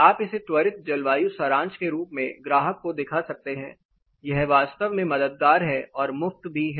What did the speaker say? आप इसे त्वरित जलवायु सारांश के रूप में ग्राहक को दिखा सकते हैं यह वास्तव में मददगार है और मुफ्त भी है